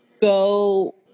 Go